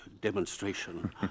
demonstration